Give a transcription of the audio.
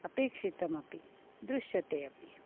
अपेक्षितमपि दृश्यते अपि